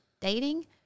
dating